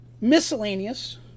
miscellaneous